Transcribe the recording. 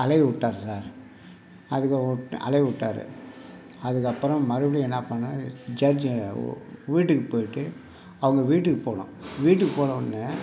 அலையவிட்டாரு sir அதுக்கப்ப அலையவிட்டாரு அதுக்கப்புறம் மறுபடியும் என்ன பண்ணேன் ஜட்ஜ் வீட்டுக்குப் போய்ட்டு அவங்க வீட்டுக் போனோம் வீட்டுக்குப் போனவுடனே